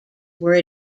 were